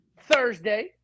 Thursday